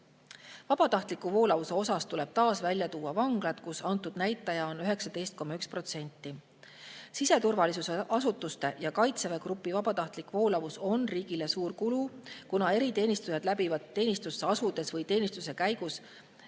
Vabatahtliku voolavuse puhul tuleb taas välja tuua vanglad, kus see näitaja on 19,1%. Siseturvalisuse asutuste ja Kaitseväe grupi vabatahtlik voolavus on riigile suur kulu, kuna eriteenistujad läbivad teenistusse asudes või teenistuse käigus